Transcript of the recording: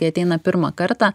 kai ateina pirmą kartą